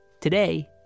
Today